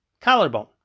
collarbone